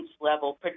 level